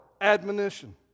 admonition